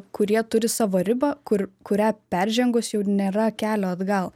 kurie turi savo ribą kur kurią peržengus jau nėra kelio atgal